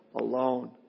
alone